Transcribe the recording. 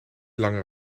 langer